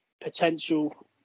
potential